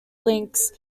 links